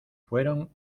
fueron